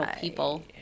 people